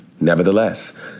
Nevertheless